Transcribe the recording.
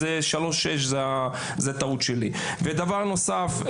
דבר נוסף,